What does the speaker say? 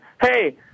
Hey